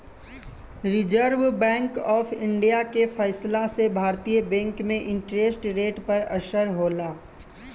reserve Bank of India के फैसला से भारतीय बैंक में इंटरेस्ट रेट पर असर होला